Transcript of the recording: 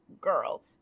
girl